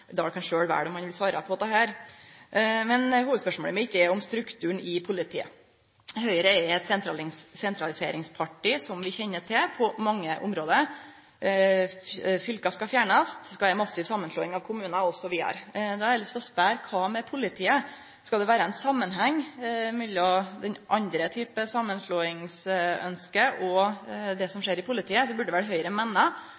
kan sjølv velje om han vil svare på dette. Hovudspørsmålet mitt gjeld strukturen i politiet. Høgre er, som vi kjenner til, på mange område eit sentraliseringsparti: Fylke skal fjernast, det skal vere massiv samanslåing av kommunar, osv. Då har eg lyst til å spørje: Kva med politiet? Skal det vere ein samanheng mellom den typen samanslåingsønske og det som